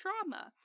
trauma